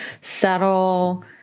subtle